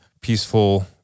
peaceful